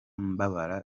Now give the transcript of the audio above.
mbabara